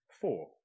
Four